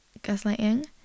gaslighting